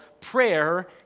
prayer